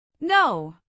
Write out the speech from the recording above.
No